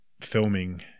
filming